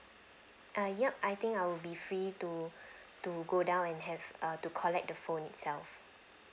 err yup I think I will be free to to go down and have err to collect the phone itself